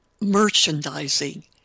merchandising